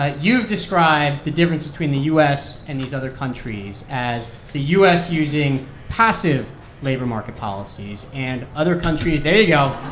ah you've described the difference between the u s. and these other countries as the u s. using passive labor market policies and other countries. there yeah